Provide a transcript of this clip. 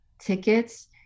tickets